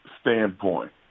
standpoint